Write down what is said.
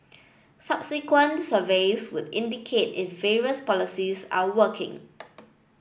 subsequent surveys would indicate if various policies are working